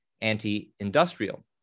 anti-industrial